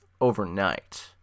overnight